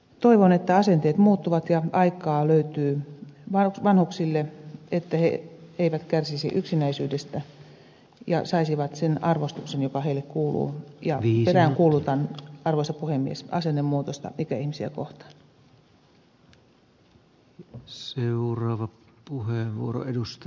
toivon että asenteet muuttuvat ja aikaa löytyy vanhuksille että he eivät kärsisi yksinäisyydestä ja saisivat sen arvostuksen joka heille kuuluu ja peräänkuulutan arvoisa puhemies asennemuutosta ikäihmisiä kohtaan